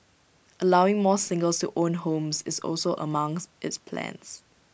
allowing more singles to own homes is also among its plans